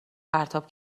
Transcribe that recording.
پرتاب